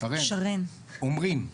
אומרים.